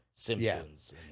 Simpsons